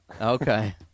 okay